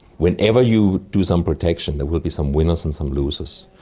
whenever you do some protection, there will be some winners and some losers.